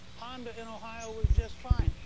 honda in ohio was just fine.